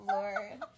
Lord